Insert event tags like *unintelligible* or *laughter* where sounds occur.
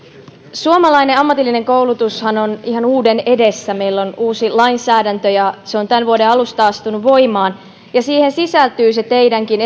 suomalainen ammatillinen koulutushan on ihan uuden edessä meillä on uusi lainsäädäntö ja se on tämän vuoden alusta astunut voimaan siihen sisältyy se teidänkin *unintelligible*